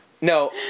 No